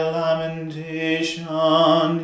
lamentation